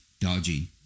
dodgy